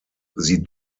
sie